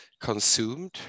consumed